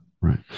right